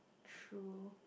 true